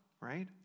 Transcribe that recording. Right